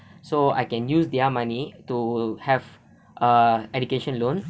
so I can use their money to have uh education loan